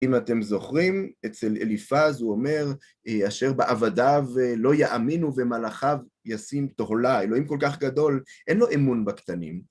אם אתם זוכרים, אצל אליפאז הוא אומר, אשר בעבדיו לא יאמינו ומלאכיו ישים תהלה, אלוהים כל כך גדול, אין לו אמון בקטנים.